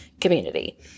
community